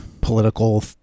political